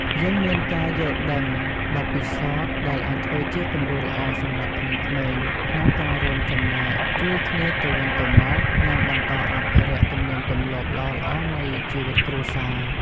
យើងមានការយល់ដឹង បទពិសោធន៍ ដែលអាចធ្វើជាគំរូល្អសម្រាប់ក្មេងៗ ក្នុងការរួមចំណែក ជួយគ្នាទៅវិញទៅមក និងបន្តអភិរក្សទំនៀមទម្លាប់ល្អៗនៃជីវិតគ្រួសារ។